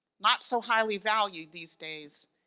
not so highly value these days,